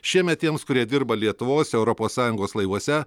šiemet tiems kurie dirba lietuvos europos sąjungos laivuose